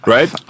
Right